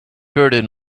bearded